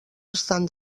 estan